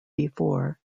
before